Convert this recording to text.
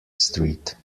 street